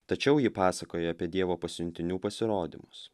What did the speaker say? tačiau ji pasakoja apie dievo pasiuntinių pasirodymus